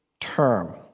term